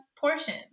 portion